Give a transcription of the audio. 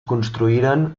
construïren